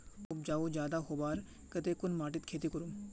उपजाऊ ज्यादा होबार केते कुन माटित खेती करूम?